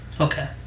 Okay